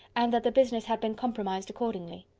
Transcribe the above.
and that the business had been compromised accordingly.